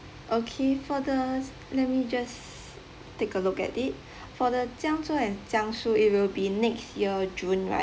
okay for the let me just take a look at it for the jianghu and jiangsu it will be next year june right